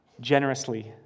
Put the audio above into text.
generously